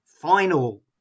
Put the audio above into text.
final